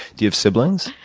you have siblings?